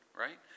right